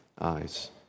eyes